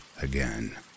again